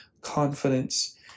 confidence